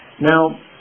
now